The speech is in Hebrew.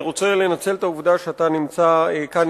אני רוצה לנצל את העובדה שאתה נמצא כאן